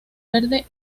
verde